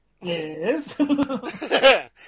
Yes